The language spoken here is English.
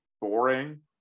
boring